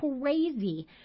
crazy